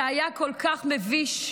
זה היה כל כך מביש,